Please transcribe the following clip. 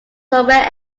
somewhere